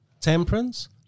temperance